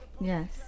Yes